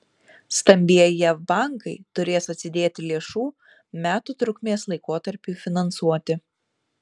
stambieji jav bankai turės atsidėti lėšų metų trukmės laikotarpiui finansuoti